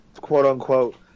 quote-unquote